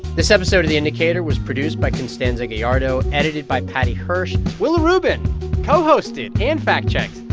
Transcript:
this episode of the indicator was produced by constanza gallardo, edited by paddy hirsch. willa rubin co-hosted and fact-checked